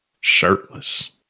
shirtless